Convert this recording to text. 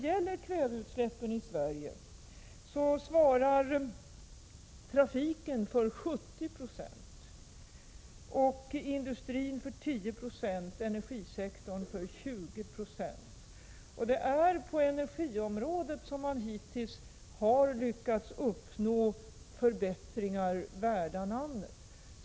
Av kväveutsläppen i Sverige svarar trafiken för 70 20, industrin för 10 20 och energisektorn för 20 96. Just på energiområdet har man hittills lyckats uppnå förbättringar värda namnet.